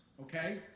Okay